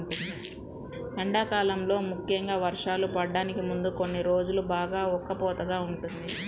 ఎండాకాలంలో ముఖ్యంగా వర్షాలు పడటానికి ముందు కొన్ని రోజులు బాగా ఉక్కపోతగా ఉంటుంది